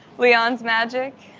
leon's magic.